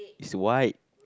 is white